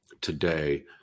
today